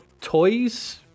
toys